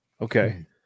Okay